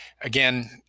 again